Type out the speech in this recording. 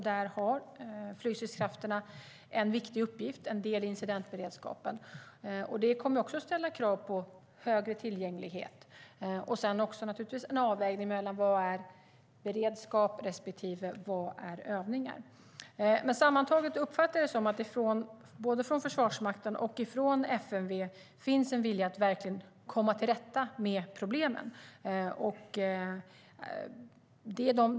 Där har flygstridskrafterna en viktig uppgift som en del i incidentberedskapen. Det kommer också att ställa krav på högre tillgänglighet. Man måste också göra en avvägning av vad som är beredskap och vad som är övningar. Sammantaget uppfattar jag det som att det både från Försvarsmakten och från FMV finns en vilja att verkligen komma till rätta med problemen.